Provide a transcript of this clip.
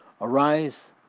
arise